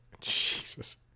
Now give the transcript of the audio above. Jesus